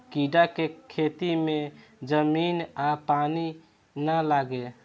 कीड़ा के खेती में जमीन आ पानी ना लागे